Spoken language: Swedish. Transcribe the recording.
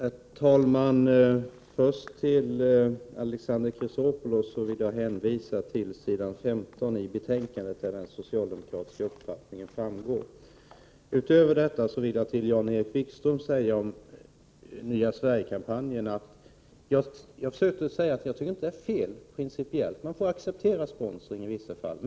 Herr talman! När det först gäller det Alexander Chrisopoulos tog upp vill jag hänvisa till s. 15 i betänkandet, där den socialdemokratiska uppfattningen framgår. Utöver detta vill jag säga några ord till Jan-Erik Wikström om Nya Sverige-kampanjen. Jag försökte säga att jag inte tycker att sponsring är principiellt fel — man får i vissa fall acceptera sponsring.